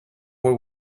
what